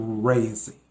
crazy